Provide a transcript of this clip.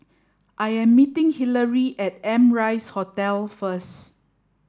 I am meeting Hillery at Amrise Hotel first